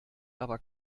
aber